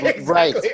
Right